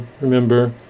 Remember